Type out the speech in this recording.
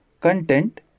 content